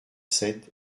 sept